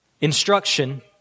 instruction